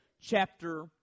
chapter